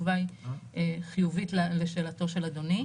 התשובה היא חיובית לשאלתו של אדוני,